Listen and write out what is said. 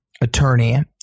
attorney